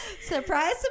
Surprise